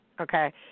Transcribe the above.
Okay